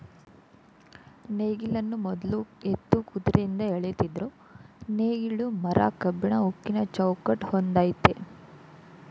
ನೇಗಿಲನ್ನು ಮೊದ್ಲು ಎತ್ತು ಕುದ್ರೆಯಿಂದ ಎಳಿತಿದ್ರು ನೇಗ್ಲು ಮರ ಕಬ್ಬಿಣ ಉಕ್ಕಿನ ಚೌಕಟ್ ಹೊಂದಯ್ತೆ